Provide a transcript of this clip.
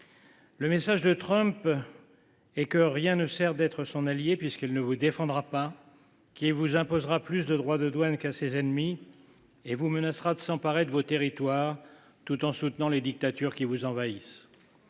Le message de Trump est que rien ne sert d’être son allié puisqu’il ne vous défendra pas, puisqu’il vous imposera plus de droits de douane qu’à ses ennemis et vous menacera de s’emparer de vos territoires tout en soutenant les dictatures qui vous envahissent.